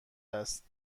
است